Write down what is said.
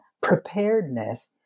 preparedness